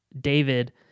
David